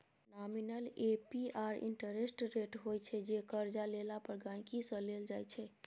nominal APR interest rate होइ छै जे करजा लेला पर गांहिकी सँ लेल जाइ छै